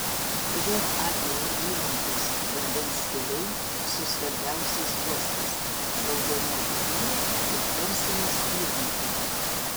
jav įlankos vandens keliai su svarbiausiais uostais raudonoji jūra ir persijos įlanka